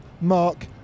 mark